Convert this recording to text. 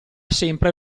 sempre